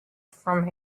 from